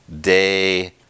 Day